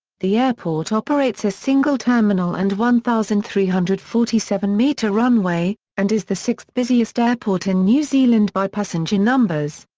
the airport operates a single terminal and one thousand three hundred and forty seven metre runway, and is the sixth-busiest airport in new zealand by passenger numbers.